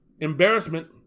embarrassment